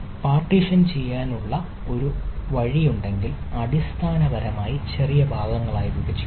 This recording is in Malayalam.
പാർട്ടീഷൻ ചെയ്യാനുള്ള ഒരു വഴിയുണ്ടെങ്കിൽ അടിസ്ഥാനപരമായി ചെറിയ ഭാഗങ്ങളായി വിഭജിക്കാം